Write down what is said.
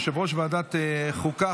יושב-ראש ועדת חוקה,